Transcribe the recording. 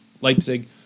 Leipzig